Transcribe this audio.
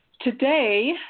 today